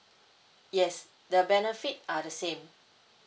yes the benefit are the same